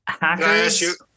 Hackers